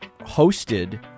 hosted